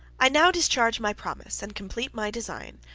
i now discharge my promise, and complete my design,